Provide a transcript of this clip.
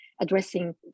addressing